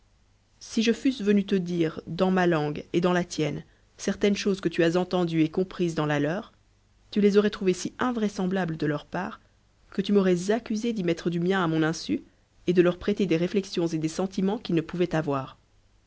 si je fusse venue te dire dans ma langue et dans la tienne certaines choses que tu as entendues et comprises dans la leur tu les aurais trouvées si invraisemblables de leur part que tu m'aurais accusée d'y mettre du mien à mon insu et de leur prêter des réflexions et des sentiments qu'ils ne pouvaient avoir